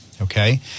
Okay